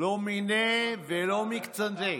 לא מניה ולא מקצתיה.